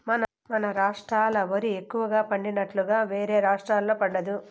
మన రాష్ట్రాల ఓరి ఎక్కువగా పండినట్లుగా వేరే రాష్టాల్లో పండదు